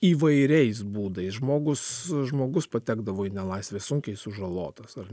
įvairiais būdais žmogus žmogus patekdavo į nelaisvę sunkiai sužalotas ar